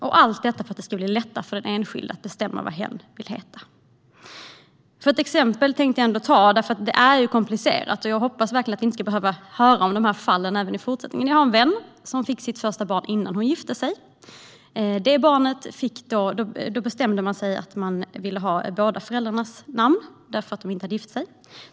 Allt detta görs för att det ska bli lättare för den enskilda att bestämma vad hen vill heta. Jag tänkte ändå ta ett exempel, för detta är komplicerat - och jag hoppas verkligen att vi inte ska behöva höra om sådana här fall i fortsättningen. Jag har en vän som fick sitt första barn innan hon gifte sig. De bestämde sig för att barnet skulle ha båda föräldrarnas namn, eftersom de inte hade gift sig.